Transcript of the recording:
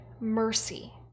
mercy